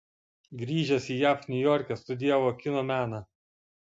grįžęs į jav niujorke studijavo kino meną